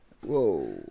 Whoa